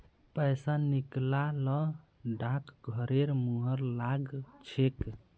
पैसा निकला ल डाकघरेर मुहर लाग छेक